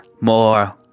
more